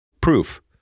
Proof